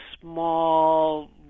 small